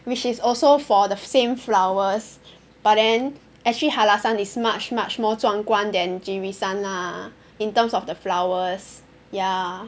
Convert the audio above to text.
which is also for the same flowers but then actually Hallasan is much much more 壮观 than Jirisan lah in terms of the flowers ya